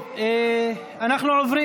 אנחנו עוברים